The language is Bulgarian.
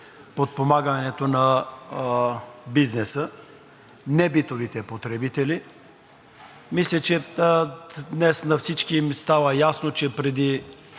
подпомагането на бизнеса, небитовите потребители. Мисля, че днес на всички им става ясно, че